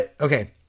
Okay